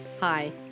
Hi